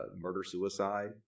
murder-suicide